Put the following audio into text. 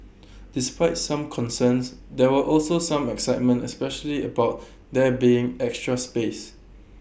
despite some concerns there were also some excitement especially about there being extra space